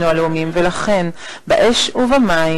ואילו האחד שיִפול ואין שני